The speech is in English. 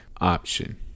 option